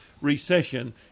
recession